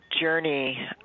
journey